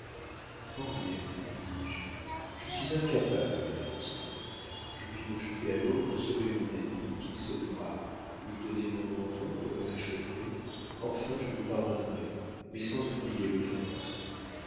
henriette lui dis-je je suis incapable de fausseté je puis me jeter à l'eau pour sauver mon ennemi qui se noie lui donner mon manteau pour le réchauffer enfin je lui pardonnerais mais sans oublier l'offense